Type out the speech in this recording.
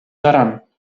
daran